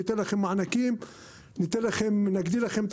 ניתן לכם מענקים,